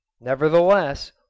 nevertheless